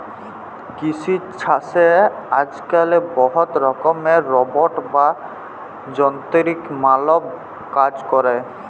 কিসি ছাসে আজক্যালে বহুত রকমের রোবট বা যানতিরিক মালব কাজ ক্যরে